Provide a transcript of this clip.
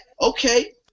Okay